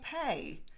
pay